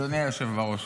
אדוני היושב בראש,